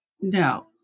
No